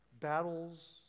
battles